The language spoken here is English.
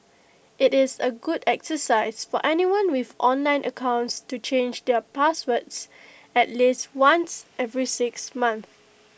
IT is A good exercise for anyone with online accounts to change their passwords at least once every six months